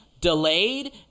delayed